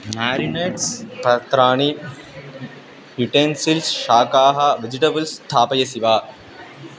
marinades पत्राणि utensils शाकाः vegetables स्थापयसि वा